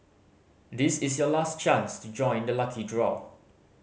this is your last chance to join the lucky draw